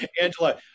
Angela